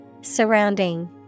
Surrounding